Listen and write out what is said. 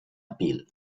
appeal